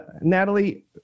Natalie